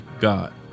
God